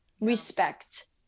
respect